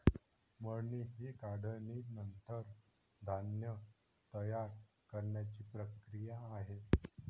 मळणी ही काढणीनंतर धान्य तयार करण्याची प्रक्रिया आहे